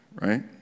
right